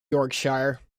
yorkshire